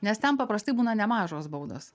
nes ten paprastai būna nemažos baudos